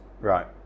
right